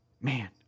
man